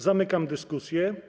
Zamykam dyskusję.